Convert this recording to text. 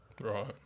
Right